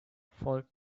fort